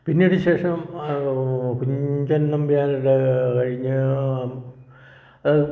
പിന്നീട് ശേഷം കുഞ്ചൻ നമ്പ്യാരുടെ കഴിഞ്ഞ